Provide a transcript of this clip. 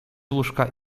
łóżka